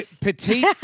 petite